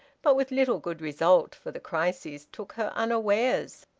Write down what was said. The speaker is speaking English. but with little good result, for the crises took her unawares.